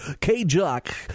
K-Jock